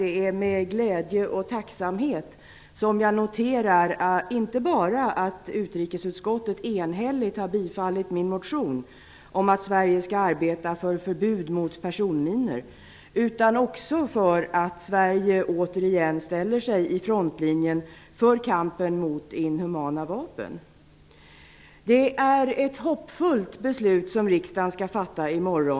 Det är med glädje och tacksamhet som jag noterar inte bara att utrikesutskottet enhälligt har bifallit min motion om att Sverige skall arbeta för förbud mot personminor utan också att Sverige återigen ställer sig i frontlinjen i kampen mot inhumana vapen. Det är ett hoppfullt beslut som riksdagen skall fatta i morgon.